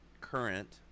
current